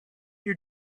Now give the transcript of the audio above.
your